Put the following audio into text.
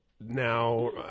now